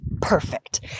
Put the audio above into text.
perfect